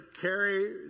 carry